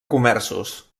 comerços